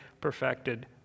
perfected